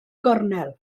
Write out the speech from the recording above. gornel